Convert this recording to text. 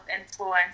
influence